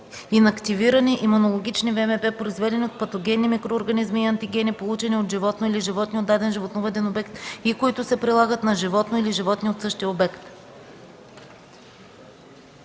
инактивирани имунологични ВМП, произведени от патогенни микроорганизми и антигени, получени от животно или животни от даден животновъден обект, и които се прилагат на животно или животни от същия обект.”